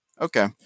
okay